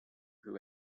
who